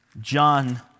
John